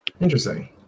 Interesting